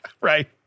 right